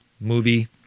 movie